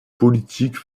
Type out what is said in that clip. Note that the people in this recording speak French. politique